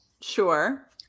Sure